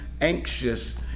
anxious